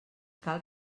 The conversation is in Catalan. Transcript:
cal